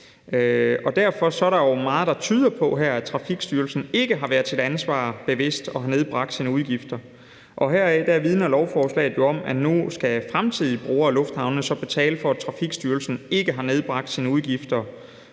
Derfor er der meget, der tyder på her, at Trafikstyrelsen ikke har været sig sit ansvar bevidst og har nedbragt sine udgifter. Og derfor vidner lovforslaget om, at nu skal fremtidige brugere af lufthavnene så betale for, at Trafikstyrelsen ikke har nedbragt sine udgifter